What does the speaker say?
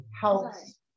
helps